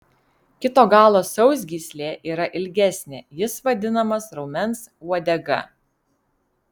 kito galo sausgyslė yra ilgesnė jis vadinamas raumens uodega